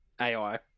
AI